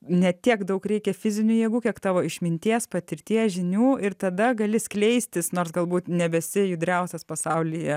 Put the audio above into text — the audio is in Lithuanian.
ne tiek daug reikia fizinių jėgų kiek tavo išminties patirties žinių ir tada gali skleistis nors galbūt nebesi judriausias pasaulyje